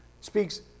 speaks